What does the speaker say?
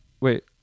Wait